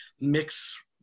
mix